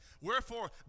Wherefore